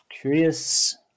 curious